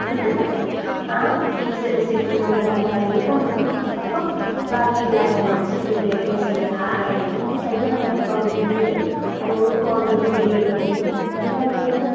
കിട്ടുന്നത് ആ fees receipt കൊണ്ട് നമ്മൾ ബാങ്കിൽ കൊണ്ടു പോകണം അപ്പോൾ ബാക്കിയുള്ള എമൗണ്ട് സെക്കൻഡ് ഇയർ ഫീസിനുള്ള ആ എമൗണ്ട് ചിലപ്പോൾ നമ്മളെ അക്കൗണ്ടിലേക്ക് വരും അല്ലെങ്കിൽ കോളേജ് ഡി ഡി വഴിയോ പോകും പിന്നെ അതല്ലെങ്കിൽ